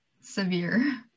severe